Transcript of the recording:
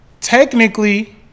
Technically